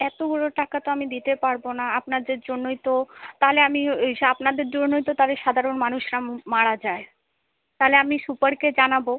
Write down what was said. এতগুলো টাকা তো আমি দিতে পারবো না আপনাদের জন্যই তো তাহলে আমি ওই সে আপনাদের জন্যই তো তাহলে সাধারণ মানুষরা মারা যায় তাহলে আমি সুপারকে জানাবো